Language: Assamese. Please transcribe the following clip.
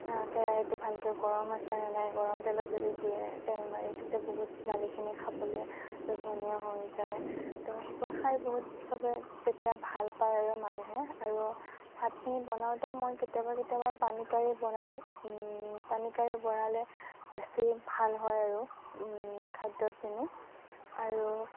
কেৰাহীটো ভালকে গৰম আছেনে নাই গৰম তেলত যদি দিয়ে তেল মাৰি তেতিয়া বহুত দালিখিনি খাবলে লোভনীয় হৈ যায় ত' সেইবোৰ খাই বহুত চবে তেতিয়া ভাল পায় আৰু মানুহে আৰু ভাতখিনি বনাওতে মই কেতিয়াবা কেতিয়াবা পানী কাঢ়ি বনাও পানী কাঢ়ি বনালে বেছি ভাল হয় আৰু খাদ্যখিনি আৰু